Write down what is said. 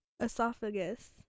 esophagus